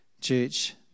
church